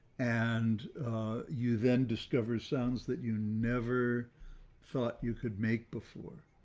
and you then discover sounds that you never thought you could make before.